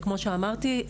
וכמו שאמרתי,